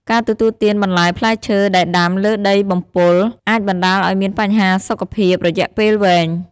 ការទទួលទានបន្លែផ្លែឈើដែលដាំលើដីបំពុល អាចបណ្តាលឲ្យមានបញ្ហាសុខភាពរយៈពេលវែង។